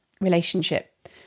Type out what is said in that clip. relationship